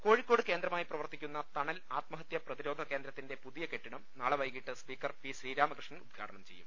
കോഴിക്കോട് കേന്ദ്രമായി പ്രവർത്തിക്കുന്ന തണൽ ആത്മ ഹത്യാ പ്രതിരോധ കേന്ദ്രത്തിന്റെ പുതിയ കെട്ടിടം നാളെ വൈകിട്ട് സ്പീക്കർ പി ശ്രീരാമകൃഷ്ണൻ ഉദ്ഘാടനം ചെയ്യും